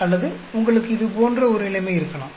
அல்லது உங்களுக்கு இது போன்ற ஒரு நிலைமை இருக்கலாம்